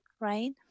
right